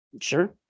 Sure